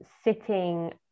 sitting